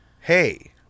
hey